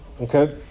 Okay